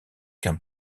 qu’un